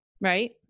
Right